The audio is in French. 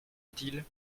utile